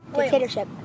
Dictatorship